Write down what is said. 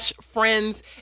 friends